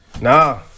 nah